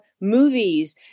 movies